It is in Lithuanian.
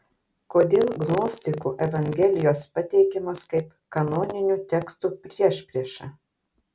kodėl gnostikų evangelijos pateikiamos kaip kanoninių tekstų priešprieša